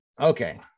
Okay